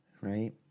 Right